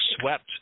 swept